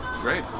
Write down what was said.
Great